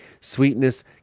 sweetness